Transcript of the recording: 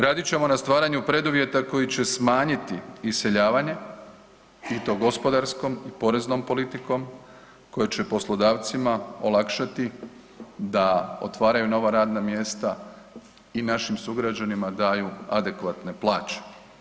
Radit ćemo na stvaranju preduvjeta koji će smanjiti iseljavanje i to gospodarskom i poreznom politikom koje će poslodavcima olakšati da otvaraju nova radna mjesta i našim sugrađanima daju adekvatne plaće.